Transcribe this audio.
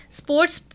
sports